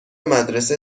مدرسه